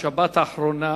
לפני שבועיים ובשבת האחרונה,